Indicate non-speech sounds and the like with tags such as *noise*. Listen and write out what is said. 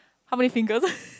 how many fingers *laughs*